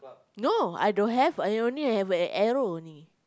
no I don't have I only have the arrow only